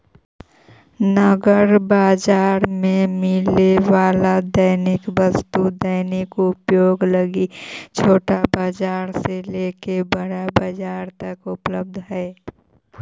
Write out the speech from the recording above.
नगर बाजार में मिले वाला दैनिक वस्तु दैनिक उपयोग लगी छोटा बाजार से लेके बड़ा बाजार तक में उपलब्ध हई